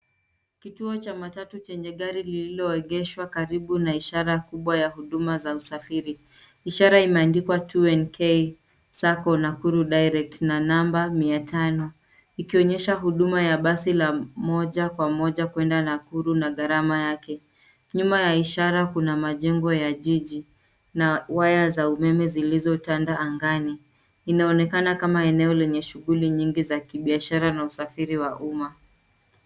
Kituo cha matatu chenye gari lililoegeshwa karibu na ishara kubwa ya huduma za usafiri. Ishara imeandikwa 2NK Sacco, Nakuru Direct na namba mia tano ikionyesha huduma ya basi la moja kwa moja kwenda Nakuru na gharama yake. Nyuma ya ishara kuna majengo ya jiji na waya za umeme zilizotanda angani. Inaonekana kama eneo lenye shughuli nyingi za kibiashara na usafiri wa umma.